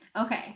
Okay